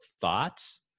thoughts